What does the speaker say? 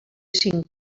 cinc